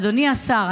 אדוני השר,